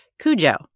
Cujo